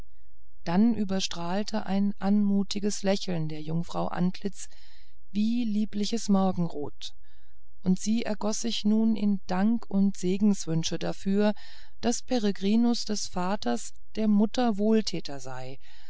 dann überstrahlte ein anmutiges lächeln der jungfrau antlitz wie liebliches morgenrot und sie ergoß sich nun in dank und segenswünsche dafür daß peregrinus des vaters der mutter wohltäter sei